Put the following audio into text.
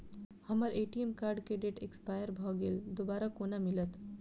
हम्मर ATM card केँ date expire भऽ गेल दोबारा कोना मिलत?